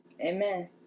amen